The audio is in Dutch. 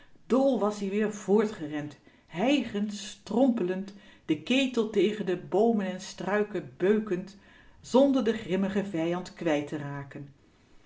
dol was-ie weer voortgerend hijgend strompelend den ketel tegen de boomen en struiken beukend zonder den grimmigen vijand kwijt te raken